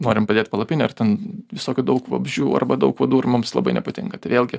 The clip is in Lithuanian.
norim padėt palapinę ir ten visokių daug vabzdžių arba daug uodų ir mums labai nepatinka tai vėlgi